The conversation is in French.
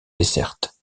desserte